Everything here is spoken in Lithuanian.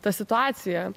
ta situacija